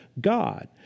God